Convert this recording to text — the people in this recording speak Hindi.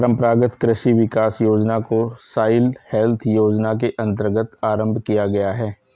परंपरागत कृषि विकास योजना को सॉइल हेल्थ योजना के अंतर्गत आरंभ किया गया है